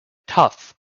tough